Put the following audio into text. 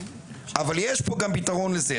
יש פה גם פתרון לזה.